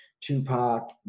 Tupac